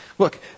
Look